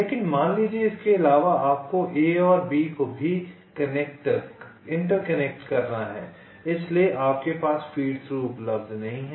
लेकिन मान लीजिए इसके अलावा आपको A और B को भी इंटरकनेक्ट करना है इसलिए आपके पास फ़ीड थ्रू उपलब्ध नहीं है